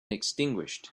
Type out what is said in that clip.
extinguished